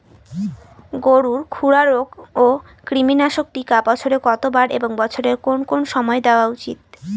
গরুর খুরা রোগ ও কৃমিনাশক টিকা বছরে কতবার এবং বছরের কোন কোন সময় দেওয়া উচিৎ?